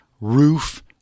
roof